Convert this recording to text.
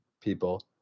people